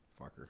fucker